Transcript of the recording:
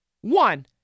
One